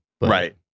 Right